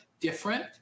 different